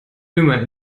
immer